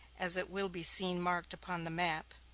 as it will be seen marked upon the map,